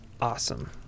awesome